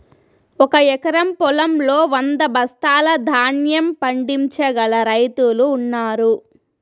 ఒక ఎకరం పొలంలో వంద బస్తాల ధాన్యం పండించగల రైతులు ఉన్నారు